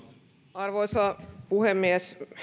arvoisa puhemies